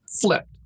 flipped